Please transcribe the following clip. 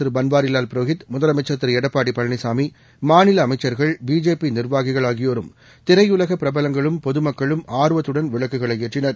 திருபன்வாரிலால் புரோஹித் முதலமைச்சா் திருளடப்பாடிபழனிசாமி தமிழகத்தில் ஆளுநர் மாநிலஅமைச்சா்கள் பிஜேபிநிர்வாகிகள் ஆகியோரும் திரையுலகபிரபலங்குளும் பொதமக்குளும் ஆர்வத்துடன் விளக்குகளைஏற்றினர்